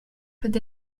peut